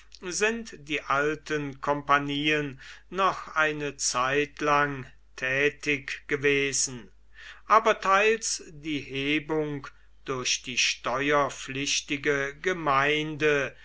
sind die alten kompagnien noch eine zeitlang tätig gewesen aber teils die hebung durch die steuerpflichtige gemeinde